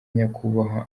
nyakubahwa